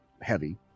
heavy